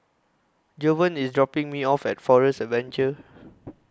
Jovan IS dropping Me off At Forest Adventure